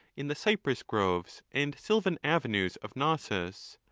in the cypress groves and sylvan avenues of cnossus,